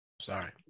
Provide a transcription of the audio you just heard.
sorry